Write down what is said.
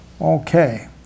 Okay